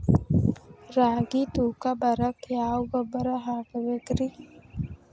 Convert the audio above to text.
ರಾಗಿ ತೂಕ ಬರಕ್ಕ ಯಾವ ಗೊಬ್ಬರ ಹಾಕಬೇಕ್ರಿ?